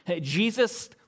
Jesus